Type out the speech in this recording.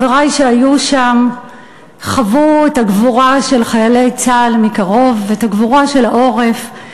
חברי שהיו שם וחוו את הגבורה של חיילי צה"ל מקרוב ואת הגבורה של העורף.